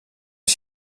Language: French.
est